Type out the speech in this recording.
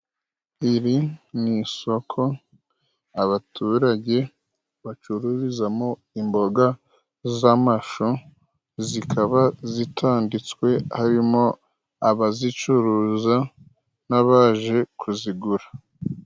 Iri ni isoko abaturage bacururizamo, imboga z'amashu zikaba zitanditswe, harimo abazicuruza n'abaje kuzigura.